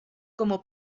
como